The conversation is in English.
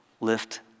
lift